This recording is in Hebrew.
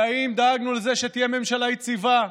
והאם דאגנו לזה שתהיה ממשלה יציבה?